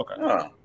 Okay